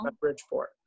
Bridgeport